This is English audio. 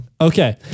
Okay